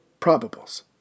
probables